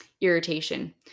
irritation